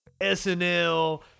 SNL